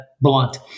blunt